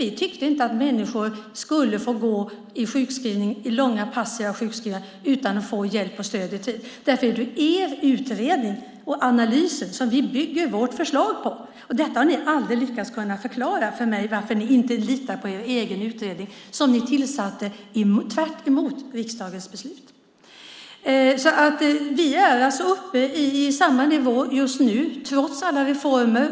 Vi tyckte inte att människor skulle få gå i långa passiva sjukskrivningar utan att få hjälp och stöd i tid. Det är ju er utredning och analys som vi bygger vårt förslag på. Ni har aldrig lyckats förklara för mig varför ni inte litar på er egen utredning som ni tillsatte tvärtemot riksdagens beslut. Vi är alltså uppe i samma nivå just nu trots alla reformer.